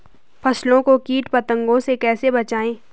फसल को कीट पतंगों से कैसे बचाएं?